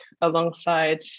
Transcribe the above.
alongside